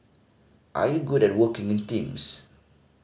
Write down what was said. are you good at working in teams